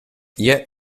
yet